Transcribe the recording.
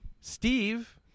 Steve